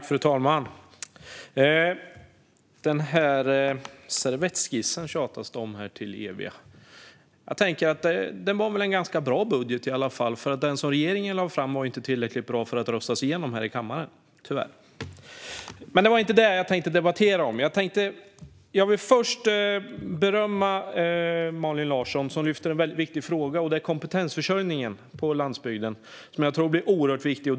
Fru talman! Det är ett evigt tjat om den här servettskissen. Jag tänker att det väl var en ganska bra budget i alla fall. Den som regeringen lade fram var ju inte tillräckligt bra för att röstas igenom här i kammaren, tyvärr. Men det var inte det jag tänkte debattera. Jag vill först berömma Malin Larsson för att hon lyfter upp en viktig fråga: kompetensförsörjningen på landsbygden. Jag tror att den blir oerhört viktig.